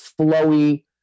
flowy